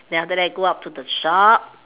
then after that go up to the shop